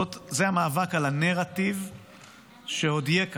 זה המאבק על הנרטיב שעוד יהיה כאן,